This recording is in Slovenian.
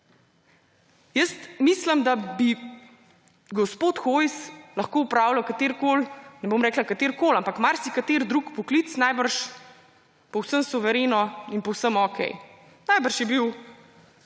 Mislim, da bi gospod Hojs lahko opravljal katerikoli, ne bom rekla katerikoli, ampak marsikateri drug poklic najbrž povsem suvereno in povsem okej. Najbrž je bil